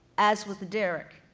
as with derrick,